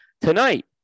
Tonight